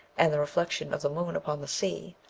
and the reflection of the moon upon the sea,